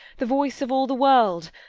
the voice of all the world!